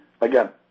again